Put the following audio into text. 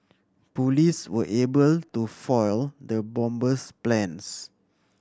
police were able to foil the bomber's plans